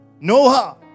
Noah